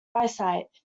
eyesight